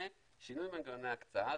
זה שינוי מנגנוני הקצאה,